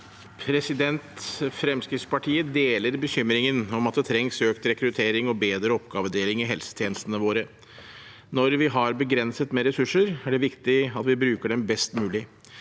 Fremskrittspartiet deler bekymringen om at det trengs økt rekruttering og bedre oppgavedeling i helsetjenestene våre. Når vi har begrenset med ressurser, er det viktig at vi bruker dem best mulig.